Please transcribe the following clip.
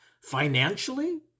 financially